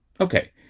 Okay